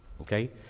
okay